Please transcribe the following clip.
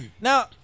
Now